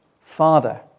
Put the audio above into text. father